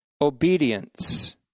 obedience